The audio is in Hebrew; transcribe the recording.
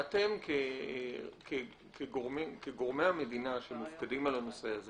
אתם, כגורמי המדינה שמופקדים על הנושא הזה